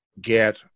get